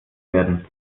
werden